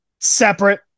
separate